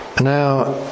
Now